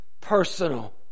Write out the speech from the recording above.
personal